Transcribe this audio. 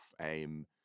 AIM